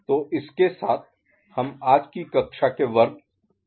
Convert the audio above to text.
तो इसके साथ हम आज की कक्षा के वर्ग निष्कर्ष पर आते हैं